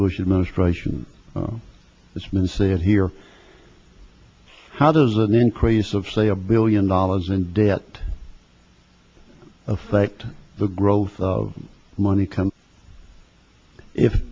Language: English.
bush administration it's been said here how does an increase of say a billion dollars in debt affect the growth of money